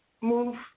move